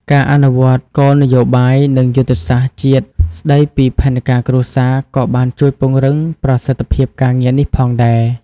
ការអនុវត្តន៍គោលនយោបាយ និងយុទ្ធសាស្ត្រជាតិស្តីពីផែនការគ្រួសារក៏បានជួយពង្រឹងប្រសិទ្ធភាពការងារនេះផងដែរ។